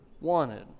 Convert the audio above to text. wanted